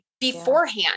beforehand